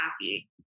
happy